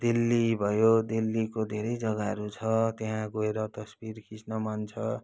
दिल्ली भयो दिल्लीको धेरै जगाहरू छ त्यहाँ गएर तस्बिर खिच्न मन छ